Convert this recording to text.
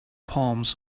palms